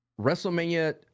WrestleMania